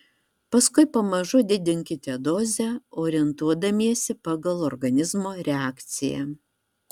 paskui pamažu didinkite dozę orientuodamiesi pagal organizmo reakciją